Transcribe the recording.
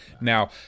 Now